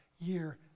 year